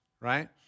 right